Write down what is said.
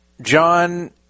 John